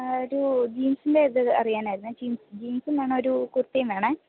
ആ ഒരു ജീൻസിൻ്റെ ഇത് അറിയാനായിരുന്നു ജീൻസും വേണം ഒരു കുർത്തിയും വേണം